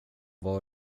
var